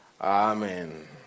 Amen